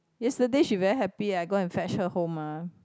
yesterday she very happy eh I go and fetch her home mah